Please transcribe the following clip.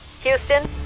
Houston